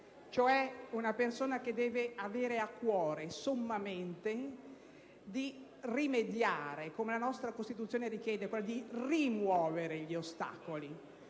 cioè una persona che deve avere a cuore sommamente di rimediare e, come la nostra Costituzione richiede, di rimuovere gli ostacoli.